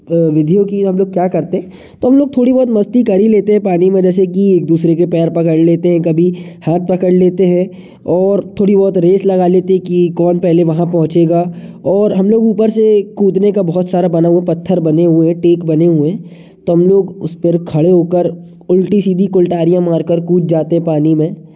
विधियों कि हम लोग क्या करते तो हम लोग थोड़ी बहुत मस्ती कर ही लेते हैं पानी में जैसे की एक दूसरे के पैर पकड़ लेते हैं कभी हाथ पकड़ लेते हैं और थोड़ी बहुत रेस लगा लेते हैं कि कौन वहाँ पहले पहुँचेगा और हम लोग ऊपर से कूदने का बहुत सारा बना हुआ समय थोड़ा बहुत कर लेते हैं पत्थर बने हुए हैं टेक बना हुआ है तो हम लोग उसे पर खड़े होकर उल्टी सीधी कुलटारिया मारकर कूद जाते हैं पानी में